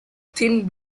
thin